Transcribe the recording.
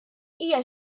hija